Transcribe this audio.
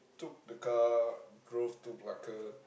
took the car drove to Malacca